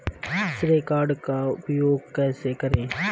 श्रेय कार्ड का उपयोग कैसे करें?